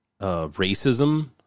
racism